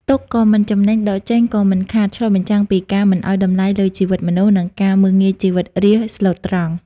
ទុកក៏មិនចំណេញ ដកចេញក៏មិនខាតឆ្លុះបញ្ចាំងពីការមិនឱ្យតម្លៃលើជីវិតមនុស្ស និងការមើលងាយជីវិតរាស្ត្រស្លូតត្រង់។